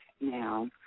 now